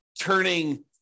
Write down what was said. turning